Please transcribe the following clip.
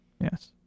Yes